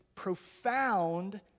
Profound